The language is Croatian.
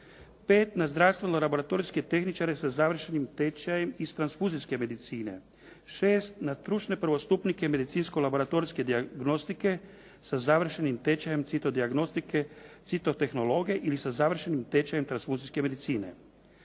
5. na zdravstveno laboratorijske tehničare sa završenim tečajem iz transfuzijske medicine. 6. na struče prvostupnike medicinske laboratorijske dijagnostike sa završenim tečajem cito dijagnostike, citotehnologa ili sa završenim tečajem transfuzijske medicine.